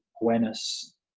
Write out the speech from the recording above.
awareness